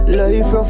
life